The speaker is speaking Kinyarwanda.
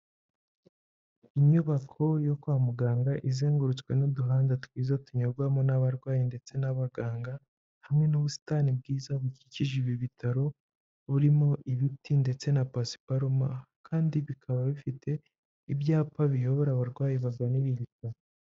Inyubako yo kwa muganga izengurutswe n'uduhanda twiza tunyurwamo n'abarwayi ndetse n'abaganga, hamwe n'ubusitani bwiza bukikije ibi bitaro, burimo ibiti ndetse na pasiparuma kandi bikaba bifite ibyapa biyobora abarwayi ibi bitaro.